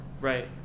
right